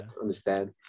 understand